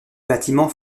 bâtiments